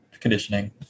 conditioning